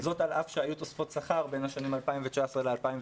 זאת על אף שהיו תוספות שכר בין השנים 2019 ל-2020,